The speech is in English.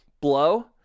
blow